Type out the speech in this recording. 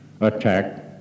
attack